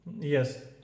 Yes